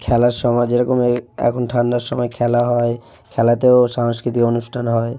খেলার সময় যেরকম এই এখন ঠান্ডার সময় খেলা হয় খেলাতেও সাংস্কৃতিক অনুষ্ঠান হয়